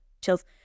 chills